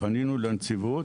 פנינו לנציבות,